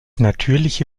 natürliche